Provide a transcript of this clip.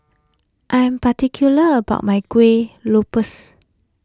I am particular about my Kuih Lopes